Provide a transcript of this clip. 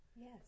yes